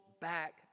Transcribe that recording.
back